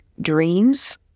dreams